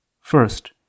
First